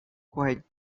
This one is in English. quiet